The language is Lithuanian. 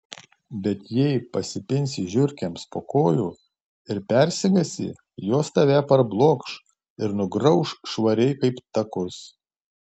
bet jei pasipinsi žiurkėms po kojų ir persigąsi jos tave parblokš ir nugrauš švariai kaip takus